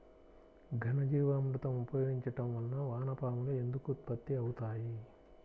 ఘనజీవామృతం ఉపయోగించటం వలన వాన పాములు ఎందుకు ఉత్పత్తి అవుతాయి?